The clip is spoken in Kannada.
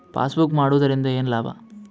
ಪಾಸ್ಬುಕ್ ಮಾಡುದರಿಂದ ಏನು ಲಾಭ?